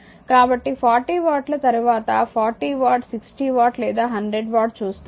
కాబట్టి 40 వాట్ల తరువాత 40 వాట్ 60 వాట్ లేదా 100 వాట్ చూస్తారు